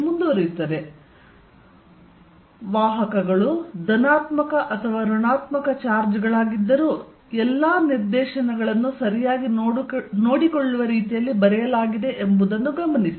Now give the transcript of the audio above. Fnet14π0qQ1r12r1Q2r22r2 ವಾಹಕಗಳು ಧನಾತ್ಮಕ ಅಥವಾ ಋಣಾತ್ಮಕ ಚಾರ್ಜ್ ಗಳಾಗಿದ್ದರೂ ಎಲ್ಲಾ ನಿರ್ದೇಶನಗಳನ್ನು ಸರಿಯಾಗಿ ನೋಡಿಕೊಳ್ಳುವ ರೀತಿಯಲ್ಲಿ ಬರೆಯಲಾಗಿದೆ ಎಂಬುದನ್ನು ಗಮನಿಸಿ